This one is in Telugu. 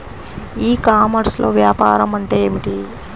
ఈ కామర్స్లో వ్యాపారం అంటే ఏమిటి?